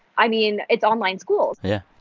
i mean, it's online schools yeah.